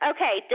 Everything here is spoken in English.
Okay